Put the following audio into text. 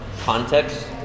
context